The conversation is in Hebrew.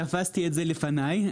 תפסת את זה לפניי.